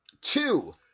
two